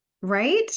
right